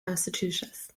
massachusetts